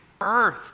Earth